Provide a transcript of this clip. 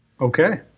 Okay